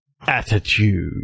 Attitude